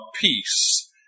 peace